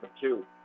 two